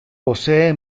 posee